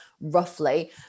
roughly